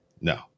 No